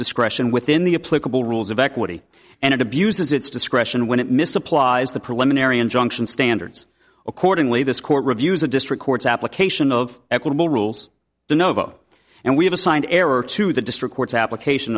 discretion within the a political rules of equity and abuses its discretion when it misapplies the preliminary injunction standards accordingly this court reviews the district court's application of equitable rules the novo and we have assigned error to the district courts application